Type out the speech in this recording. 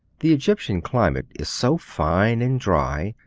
the egyptian climate is so fine and dry,